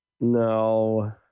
No